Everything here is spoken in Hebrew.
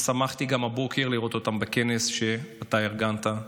שמחתי הבוקר לראות אותם בכנס שאתה ארגנת,